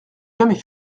jamais